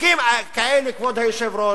חוקים כאלה, כבוד היושב-ראש,